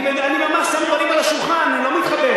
אני ממש שם דברים על השולחן, אני לא מתחבא.